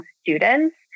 students